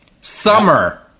Summer